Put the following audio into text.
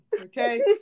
Okay